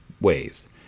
ways